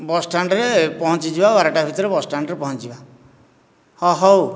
bus ଷ୍ଟାଣ୍ଡରେ ପହଞ୍ଚିଯିବା ବାରଟା ଭିତରେ ବସ୍ ଷ୍ଟାଣ୍ଡରେ ପହଞ୍ଚିଯିବା ହଁ ହେଉ